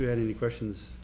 you had any questions